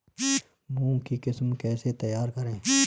मूंग की किस्म कैसे तैयार करें?